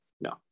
no